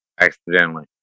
Accidentally